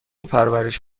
پرورش